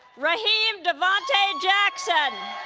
raheem devante jackson